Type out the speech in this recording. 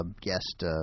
guest